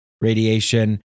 radiation